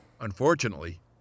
Unfortunately